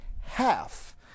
half